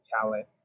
talent